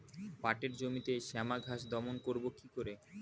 পাটের জমিতে শ্যামা ঘাস দমন করবো কি করে?